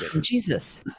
Jesus